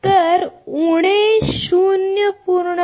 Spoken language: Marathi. तर उणे 0